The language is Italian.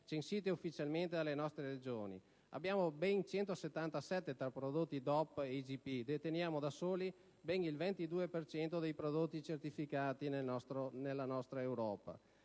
censite ufficialmente dalle nostre Regioni; abbiamo ben 177 tra prodotti DOP e IGP; deteniamo da soli ben il 22 per cento dei prodotti certificati in Europa.